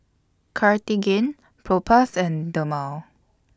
Cartigain Propass and Dermale